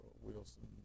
Wilson